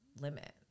limit